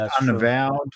Unavowed